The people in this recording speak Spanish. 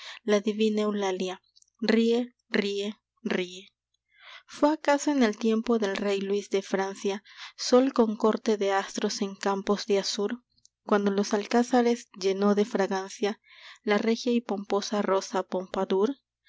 la divina eulalia ríe ríe ríe fué acaso en el tiempo del rey luis de francia sol con corte de astros en campos de azur cuando los alcázares llenó de fragancia la regia y pomposa rosa pompadour fué